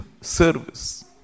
service